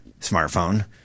smartphone